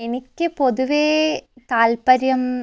എനിക്ക് പൊതുവെ താൽപര്യം